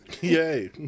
Yay